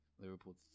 Liverpool